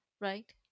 right